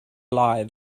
lie